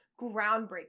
groundbreaking